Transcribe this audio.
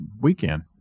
weekend